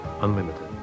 Unlimited